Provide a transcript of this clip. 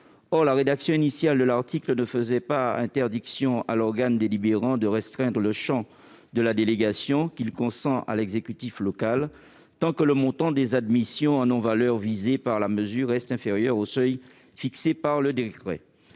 Or la rédaction initiale de l'article ne faisait pas interdiction à l'organe délibérant de restreindre le champ de la délégation qu'il consent à l'exécutif local tant que le montant des admissions en non-valeur visées par la mesure reste inférieur au seuil fixé par le décret.